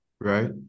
right